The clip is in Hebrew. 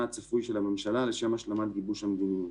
הצפוי של הממשלה לשם השלמת גיבוש המדיניות.